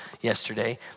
yesterday